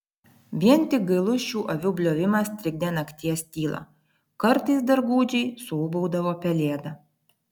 vien tik gailus šių avių bliovimas trikdė nakties tylą kartais dar gūdžiai suūbaudavo pelėda